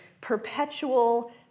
perpetual